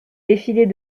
défilés